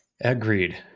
Agreed